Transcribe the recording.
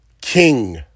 king